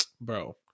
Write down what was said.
bro